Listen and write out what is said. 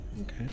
Okay